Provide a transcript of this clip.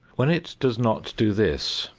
when it does not do this,